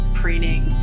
preening